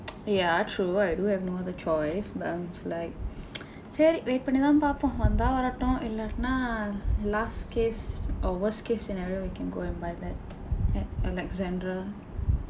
ya true I do have no other choice but I was like சரி:sari wait பண்ணிதான் பாப்போம் வந்தா வரட்டும் இல்லாட்டினா:panniththaan paarpoom vandthaa varatdum illaatdinaa last case or worst case scenario I can go and buy that at alexandra